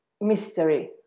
mystery